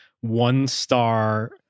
one-star